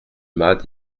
mas